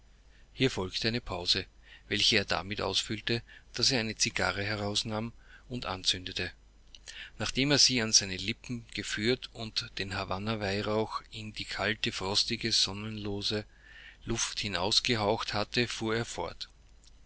hier folgte eine pause welche er damit ausfüllte daß er eine cigarre herausnahm und anzündete nachdem er sie an seine lippen geführt und den havanna weihrauch in die kalte frostige sonnenlose luft hinausgehaucht hatte fuhr er fort